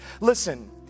Listen